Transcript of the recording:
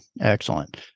Excellent